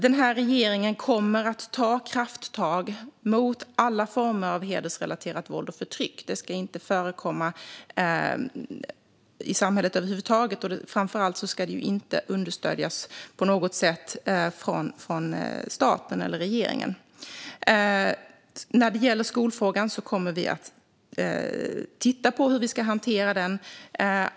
Denna regering kommer att ta krafttag mot alla former av hedersrelaterat våld och förtryck. Det ska inte förekomma i samhället över huvud taget, och framför allt ska det inte på något sätt understödjas av staten eller regeringen. Vi kommer att titta på hur vi ska hantera skolfrågan.